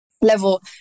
level